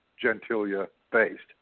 Gentilia-based